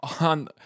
on